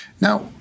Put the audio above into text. Now